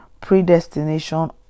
predestination